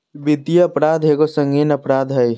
वित्तीय अपराध एगो संगीन अपराध हइ